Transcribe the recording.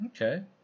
Okay